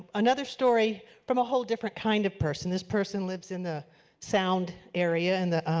another story from a whole different kind of person. this person lives in the sound area in the